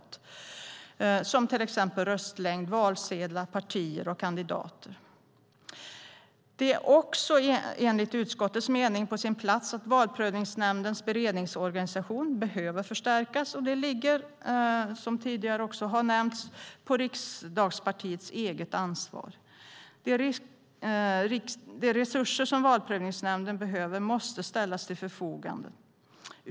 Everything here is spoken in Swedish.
Det gäller till exempel röstlängd, valsedlar, partier och kandidater. Det är också, enligt utskottets mening, på sin plats att Valprövningsnämndens beredningsorganisation förstärks. Det ligger, som tidigare har nämnts, på Riksdagsförvaltningens eget ansvar. De resurser som Valprövningsnämnden behöver måste ställas till dess förfogande.